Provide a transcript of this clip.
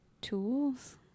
tools